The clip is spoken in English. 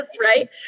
right